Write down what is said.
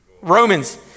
Romans